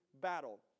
battle